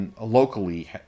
locally